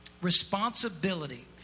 responsibility